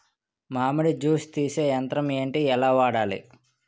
మామిడి జూస్ తీసే యంత్రం ఏంటి? ఎలా వాడాలి?